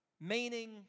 Meaning